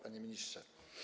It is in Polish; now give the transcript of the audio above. Panie Ministrze!